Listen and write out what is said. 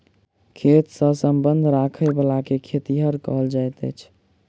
खेत सॅ संबंध राखयबला के खेतिहर कहल जाइत अछि